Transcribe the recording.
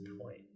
point